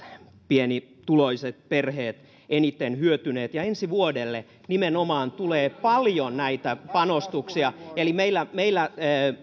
pienituloiset perheet eniten hyötyneet ja ensi vuodelle nimenomaan tulee paljon näitä panostuksia eli meillä meillä työn